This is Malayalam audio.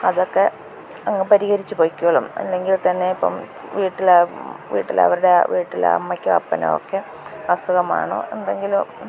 അതൊക്കെ പരിഹരിച്ച് പൊയ്ക്കൊള്ളും അല്ലെങ്കിൽ തന്നെ ഇപ്പം വീട്ടിൽ വീട്ടിലവരുടെ വീട്ടിലെ അമ്മയ്ക്കോ അപ്പനോ ഒക്കെ അസുഖമാണോ എന്തെങ്കിലും